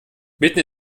mitten